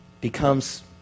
becomes